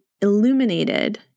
illuminated